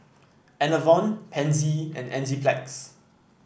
Enervon Pansy and Enzyplex